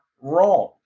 wrong